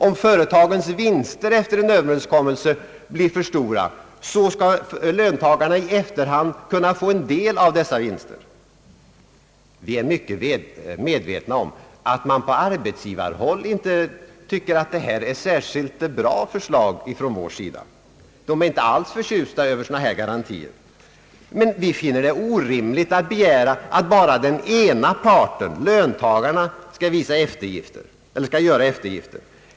Om företagens vinster blir för stora skall löntagarna i efterhand få del av dessa. Vi är mycket väl medvetna om att man från arbetsgivarhåll inte tycker detta är något bra förslag från vår sida. Men vi finner det orimligt att kräva att bara den ena parten, löntagarna, skall göra eftergifter.